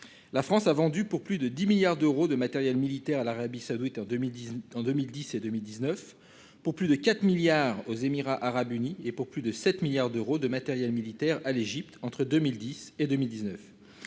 La France a vendu pour plus de 10 milliards d'euros de matériel militaire à l'Arabie ça doit en 2010 en 2010 et 2019 pour plus de 4 milliards aux Émirats arabes unis et pour plus de 7 milliards d'euros de matériel militaire à l'Égypte entre 2010 et 2019.